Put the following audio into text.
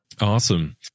Awesome